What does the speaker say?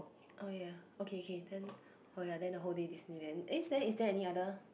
oh ya okay okay then oh ya then the whole day Disneyland eh then is there any other